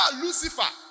Lucifer